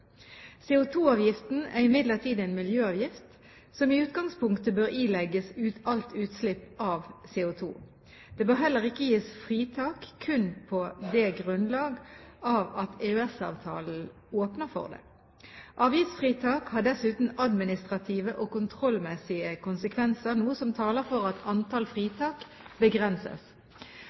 er imidlertid en miljøavgift som i utgangspunktet bør ilegges alt utslipp av CO2. Det bør heller ikke gis fritak kun på det grunnlag at EØS-avtalen åpner for det. Avgiftsfritak har dessuten administrative og kontrollmessige konsekvenser, noe som taler for at antall fritak begrenses.